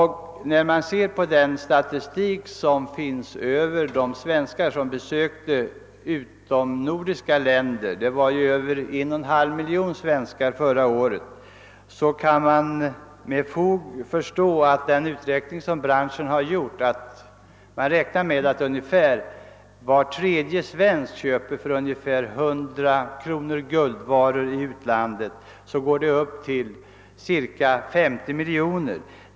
Enligt statistiken besökte över 1,5 miljoner svenskar utomnordiska länder förra året. Då kan man förstå den utveckling branschen haft. Om man räknar med att var tredje svensk köper guldvaror för ungefär 100 kronor i utlandet blir det ett sammanlagt belopp av cirka 50 miljoner kronor.